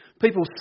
People